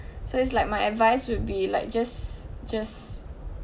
so it's like my advice would be like just just